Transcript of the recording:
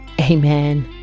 amen